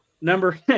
Number